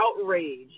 outrage